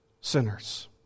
sinners